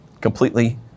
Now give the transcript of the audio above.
completely